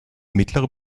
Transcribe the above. mittlere